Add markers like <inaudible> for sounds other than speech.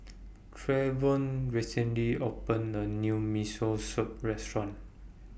<noise> Trevion recently opened A New Miso Soup Restaurant